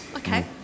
Okay